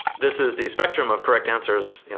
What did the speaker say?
this is the spectrum of correct answers.